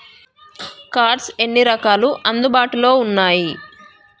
Cards ఎన్ని రకాలు అందుబాటులో ఉన్నయి?